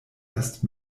erst